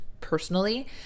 personally